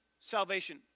salvation